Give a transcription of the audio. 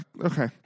Okay